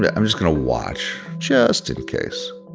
but i'm just going to watch just in case